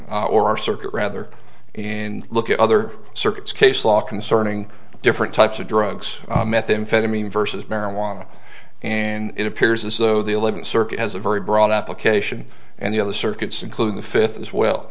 district or circuit rather and look at other circuits case law concerning different types of drugs methamphetamine versus marijuana and it appears as though the eleventh circuit has a very broad application and the other circuits including the fifth as well